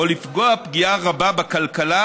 או לפגוע פגיעה רבה בכלכלה,